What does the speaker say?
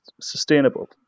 sustainable